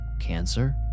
Cancer